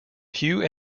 hugh